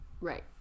Right